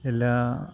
എല്ലാ